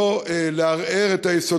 אבל לא לשבש ולא לערער את יסודות